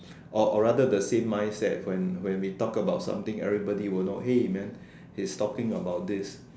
or or rather the same mindset when when we talk about something everybody will know then hey man he's talking about this